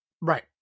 Right